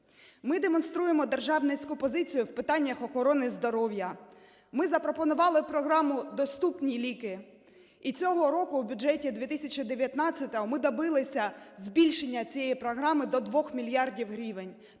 Ми демонструємо державницьку позицію в питаннях охорони здоров'я. Ми запропонували програму "Доступні ліки". І цього року в бюджеті 2019-го ми добилися збільшення цієї програми до 2 мільярдів гривень